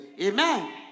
Amen